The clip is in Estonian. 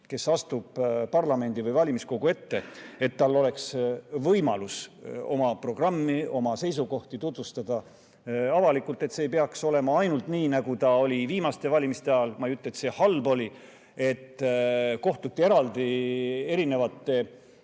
kes astub parlamendi või valimiskogu ette, oleks võimalus oma programmi, oma seisukohti avalikult tutvustada. See ei peaks olema ainult nii, nagu oli viimaste valimiste ajal. Ma ei ütle, et see halb oli. Kohtuti eraldi erinevate